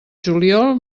juliol